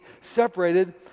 separated